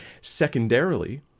Secondarily